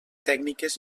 tècniques